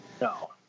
no